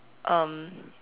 um